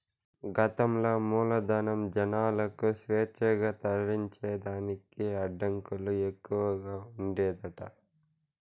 గతంల మూలధనం, జనాలకు స్వేచ్ఛగా తరలించేదానికి అడ్డంకులు ఎక్కవగా ఉండేదట